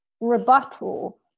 rebuttal